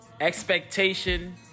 expectation